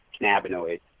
cannabinoids